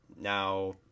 now